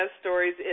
stories